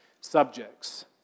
subjects